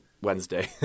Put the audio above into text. Wednesday